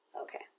okay